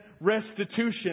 restitution